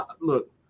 look